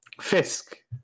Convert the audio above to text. Fisk